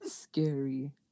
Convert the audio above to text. Scary